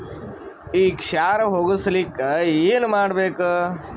ಈ ಕ್ಷಾರ ಹೋಗಸಲಿಕ್ಕ ಏನ ಮಾಡಬೇಕು?